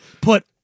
put